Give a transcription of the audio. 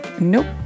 nope